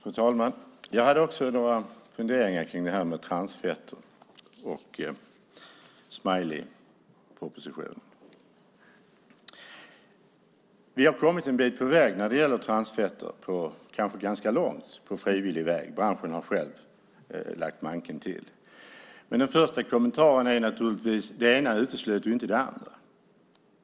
Fru talman! Jag hade också några funderingar om transfetter och smileypropositionen. Vi har kommit en bit på väg och kanske ganska långt när det gäller transfetter. Branschen har själv lagt manken till. Den första kommentaren är att det ena inte utesluter det andra.